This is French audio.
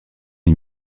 est